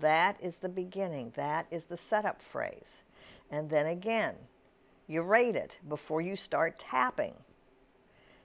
that is the beginning that is the setup phrase and then again you're rated before you start tapping